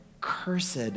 Cursed